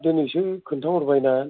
दिनैसो खोन्था हरबाय ना